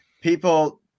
people